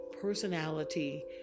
personality